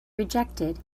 rejected